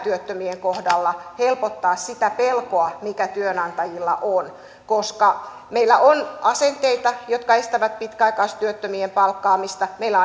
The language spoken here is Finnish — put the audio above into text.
työttömänä olevien kohdalla helpottaa sitä pelkoa mikä työnantajilla on koska meillä on asenteita jotka estävät pitkäaikaistyöttömien palkkaamista meillä